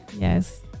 Yes